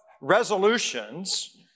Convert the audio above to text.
resolutions